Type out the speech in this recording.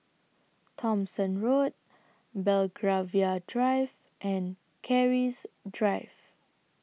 Thomson Road Belgravia Drive and Keris Drive